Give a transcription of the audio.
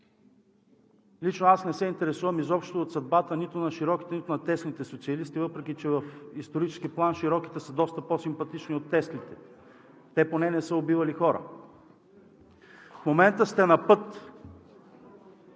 Лично аз не се интересувам изобщо от съдбата нито на широките, нито на тесните социалисти, въпреки че в исторически план широките са доста по симпатични от тесните. Те поне не са убивали хора. В момента сте на път